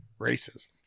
Racism